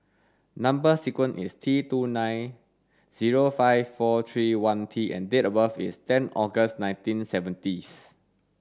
number sequence is T two nine zero five four three one T and date of birth is ten August nineteen seventyth